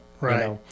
Right